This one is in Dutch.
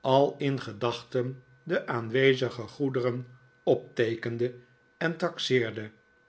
al in gedachten de aanwezige goederen opteekende en taxeerde